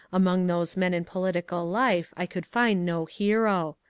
among those men in political life i could find no hero.